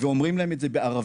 ואומרים להם את זה בערבית,